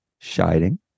shining